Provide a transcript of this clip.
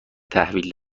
تحویل